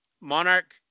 Monarch